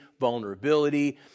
vulnerability